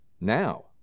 Now